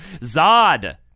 Zod